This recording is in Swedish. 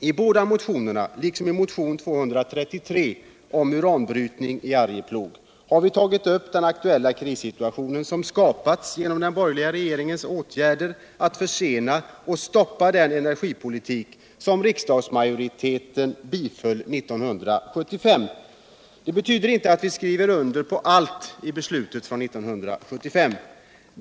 I båda motionerna — liksom i motion 223 om uranbrytning i Arjeplog — har vi tagit upp den akuta krissituation som skapats genom den borgerliga regeringens åtgärder att försena och stoppa det energiprogram som riksdagsmajoriteten biföll 1975. Det betyder inte att vi skriver under på allt i beslutet från 1975.